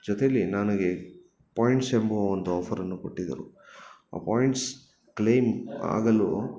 ಜೊತೇಲಿ ನನಗೆ ಪಾಯಿಂಟ್ಸ್ ಎಂಬುವ ಒಂದು ಆಫರ್ ಅನ್ನು ಕೊಟ್ಟಿದ್ದರು ಆ ಪಾಯಿಂಟ್ಸ್ ಕ್ಲೇಮ್ ಆಗಲು